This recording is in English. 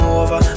over